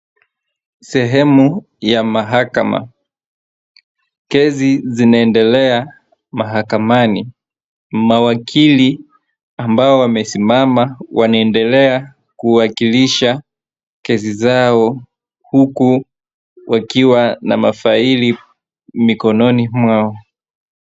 Sehemu ya mahakama, kesi zinaendelea mahakamani. Mawakili ambao wamesimama wanaendela kuwakilisha kesi zao huku wakiwa na mafaili mikononi mwao.